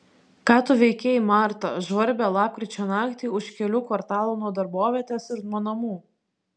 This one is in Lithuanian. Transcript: ką tu veikei marta žvarbią lapkričio naktį už kelių kvartalų nuo darbovietės ir nuo namų